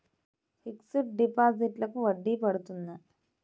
Fixed డిపాజిట్లకు వడ్డీ పడుతుందా?